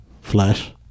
flash